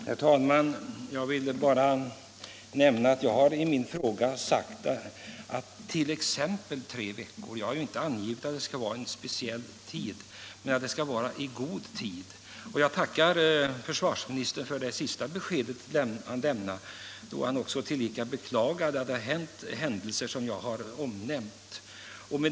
Herr talman! Jag vill bara nämna att jag i min fråga skrivit 1. ex. tre veckor. Jag har alltså inte direkt angivit någon speciell tid, men jag menar att besked skall lämnas i god tid. Jag tackar försvarsministern för vad han sade sist i sitt anförande, då han tillika beklagade att det inträffade sådana händelser som jag omnämnt.